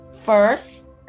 First